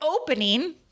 opening